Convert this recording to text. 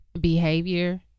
behavior